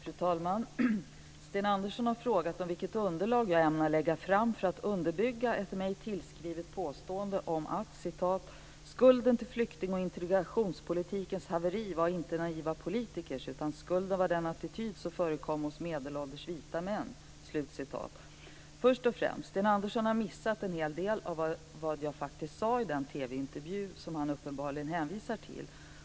Fru talman! Sten Andersson har frågat om vilket underlag jag ämnar lägga fram för att underbygga ett mig tillskrivet påstående om att "skulden till flyktingoch integrationspolitikens haveri var inte naiva politikers, utan skulden var den attityd som förekommer hos medelålders vita män". Först och främst: Sten Andersson har missat en hel del av vad jag faktiskt sade i den TV-intervju han uppenbarligen hänvisar till.